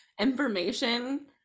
information